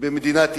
במדינת ישראל.